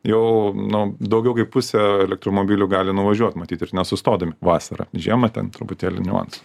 jau nu daugiau kaip pusę elektromobiliu gali nuvažiuot matyt ir nesustodami vasarą žiemą ten truputėlį niuansų